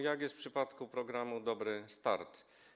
Jak jest w przypadku programu „Dobry start”